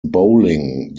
bowling